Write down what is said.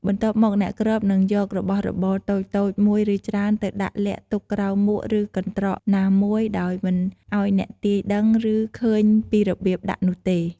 បន្ទាប់មក អ្នកគ្របនឹងយករបស់របរតូចៗ មួយ ឬច្រើន ទៅដាក់លាក់ទុកក្រោមមួកឬកន្ត្រកណាមួយ ដោយមិនឱ្យអ្នកទាយដឹង ឬឃើញពីរបៀបដាក់នោះទេ។